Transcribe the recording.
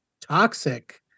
toxic